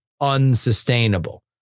unsustainable